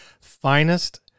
finest